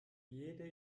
jede